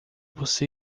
você